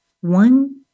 One